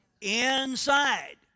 Inside